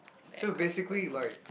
so basically like